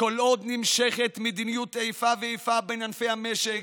כל עוד נמשכת מדיניות איפה ואיפה בין ענפי המשק: